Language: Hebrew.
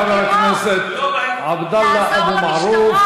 תודה לחבר הכנסת עבדאללה אבו מערוף.